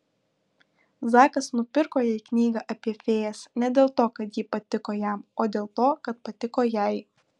zakas nupirko jai knygą apie fėjas ne dėl to kad ji patiko jam o dėl to kad patiko jai